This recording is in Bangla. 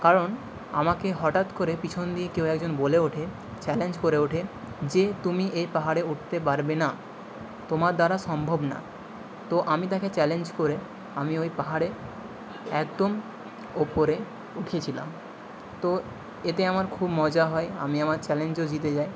কারণ আমাকে হঠাৎ করে পিছন দিয়ে কেউ একজন বলে ওঠে চ্যালেঞ্জ করে ওঠে যে তুমি এ পাহাড়ে উঠতে পারবে না তোমার দ্বারা সম্ভব না তো আমি তাকে চ্যালেঞ্জ করে আমি ওই পাহাড়ে একদম উপরে উঠেছিলাম তো এতে আমার খুব মজা হয় আমি আমার চ্যালেঞ্জও জিতে যাই